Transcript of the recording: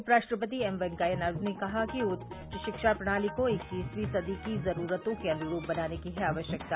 उपराष्ट्रपति एम वेकैंया नायडू ने कहा कि उच्च शिक्षा प्रणाली को इक्कसवीं सदी की जरूरतों के अन्रूप बनाने की है आवश्यकता